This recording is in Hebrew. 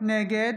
נגד